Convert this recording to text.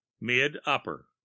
Mid-Upper